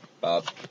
Bob